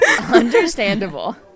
Understandable